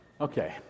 Okay